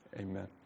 Amen